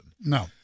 No